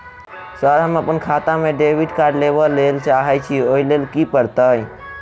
Sir हम अप्पन खाता मे डेबिट कार्ड लेबलेल चाहे छी ओई लेल की परतै?